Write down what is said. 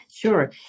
Sure